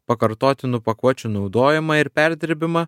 pakartotinų pakuočių naudojimą ir perdirbimą